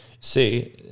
See